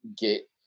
get